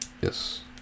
Yes